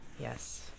Yes